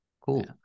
Cool